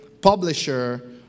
publisher